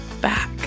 back